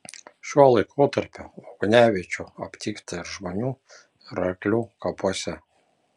šiuo laikotarpiu ugniaviečių aptikta ir žmonių ir arklių kapuose